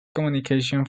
communication